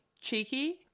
cheeky